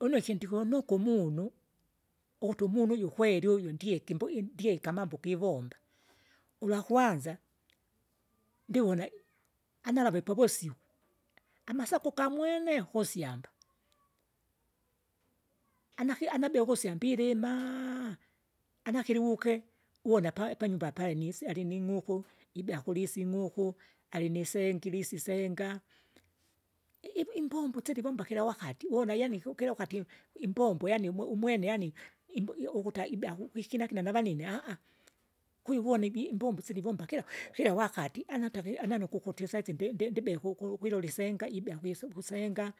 Une iki ndikunuku umunu, ukutu umunu uju kweli uju ndieki imbu indieki amambo givomba, ukwakwanza, ndivona, analave povosiku, amasako gamwene kusyamba, anaki anabea ukusyamba ilimaa! anakili wuke uwona pa- panyumba apale alinisialining'uku, ibea kulisi ing'uku, alinisengiri isi senga. I- ivu imbombo sila ivomba kila wakati wona yaani ku kila wakati, imbombo yaani umu umwene yaani imbo iukuta ibea kukwikina kina navanine. Kwivona ivi imbombo sila ivomba kila- kilawakati, anataki anani ukukuti isaisi ndi- ndi- ndibikuku kwilole isenga ibea kwisu kusenga,